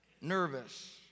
nervous